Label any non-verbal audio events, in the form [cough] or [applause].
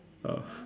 ah [breath]